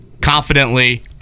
confidently